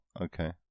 okay